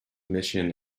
mission